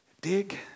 dig